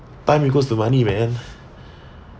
time equals to money man